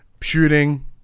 shooting